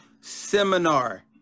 seminar